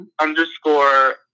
Underscore